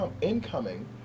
incoming